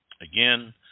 Again